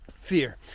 fear